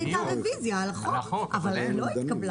רביזיה על החוק לא הצבענו.